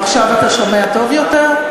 עכשיו אתה שומע טוב יותר?